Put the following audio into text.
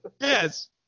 Yes